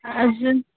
अजून